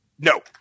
No